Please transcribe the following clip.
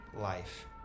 life